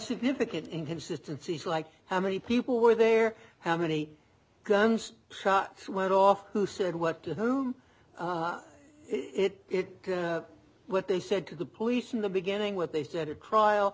significant inconsistency like how many people were there how many guns shots went off who said what to whom it is what they said to the police in the beginning what they said